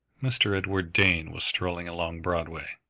mr. edward dane was strolling along broadway.